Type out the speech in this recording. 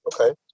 Okay